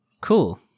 Cool